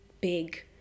big